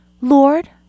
Lord